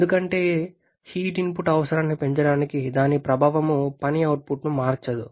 ఎందుకంటే heat input అవసరాన్ని పెంచడానికి దాని ప్రభావం పని అవుట్పుట్ను మార్చదు